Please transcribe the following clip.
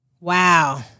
Wow